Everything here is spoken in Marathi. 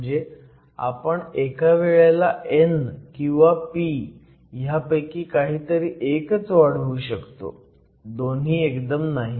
म्हणजे आपण एका वेळेला n किंवा p ह्यापैकी काहीतरी एकच वाढवू शकतो दोन्ही एकदम नाही